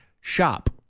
Shop